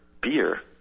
beer